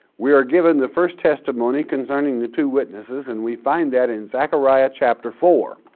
we are given the first testimony concerning the two witnesses and we find that in zechariah chapter four.